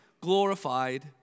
glorified